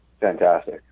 Fantastic